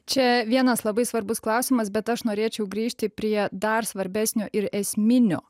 čia vienas labai svarbus klausimas bet aš norėčiau grįžti prie dar svarbesnio ir esminio